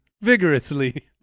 vigorously